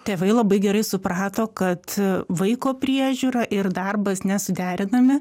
tėvai labai gerai suprato kad vaiko priežiūra ir darbas nesuderinami